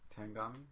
Tangami